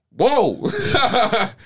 Whoa